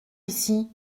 ici